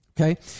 Okay